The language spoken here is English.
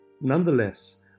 Nonetheless